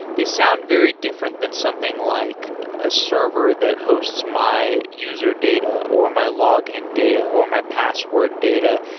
they sound very different than something like a server that hosts my user data, or my login data, or my password data.